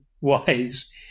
wise